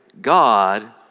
God